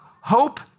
hope